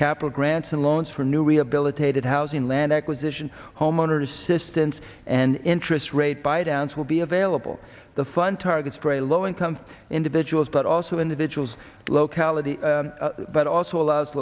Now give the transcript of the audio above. capital grants and loans for new rehabilitated housing land acquisition homeowner assistance and interest rate by downs will be available the fund targets very low income individuals but also individuals locality but also allows